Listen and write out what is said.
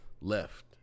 Left